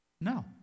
No